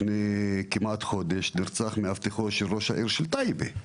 לפני כמעט חודש נרצח מאבטחו של ראש העיר טייבה,